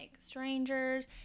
strangers